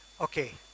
Okay